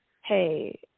hey